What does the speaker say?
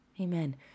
Amen